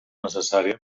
necessària